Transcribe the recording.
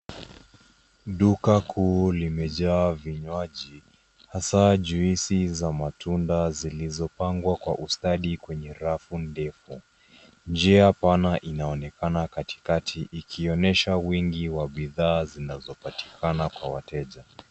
Duka kuu limejaa vinywaji, hasaa juisi za matunda zilizopangwa kwa ustadi kwenye rafu ndefu. Njia pana inaonekana katikati ikionyesha wingi wa bidhaa zinazopatikana kwa wateja.